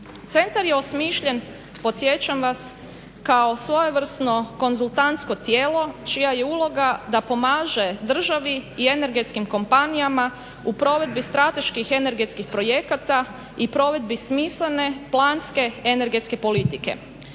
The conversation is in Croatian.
Centar je osmišljen, podsjećam vas kao svojevrsno konzultantsko tijelo čija je uloga da pomaže državi i energetskim kompanijama u provedbi strateških energetskih projekata i provedbi smislene, planske, energetske politike.